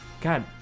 God